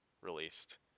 released